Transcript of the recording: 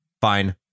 fine